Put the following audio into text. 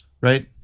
Right